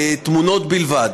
לתמונות בלבד.